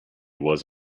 was